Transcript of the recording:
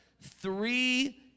Three